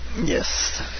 Yes